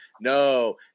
No